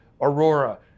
aurora